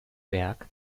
werk